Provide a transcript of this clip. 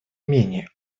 менее